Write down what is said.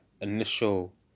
initial